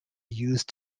used